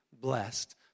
blessed